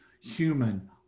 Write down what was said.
human